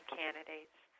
candidates